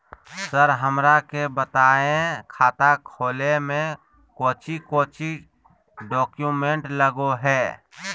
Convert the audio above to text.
Sir हमरा के बताएं खाता खोले में कोच्चि कोच्चि डॉक्यूमेंट लगो है?